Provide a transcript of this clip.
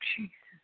Jesus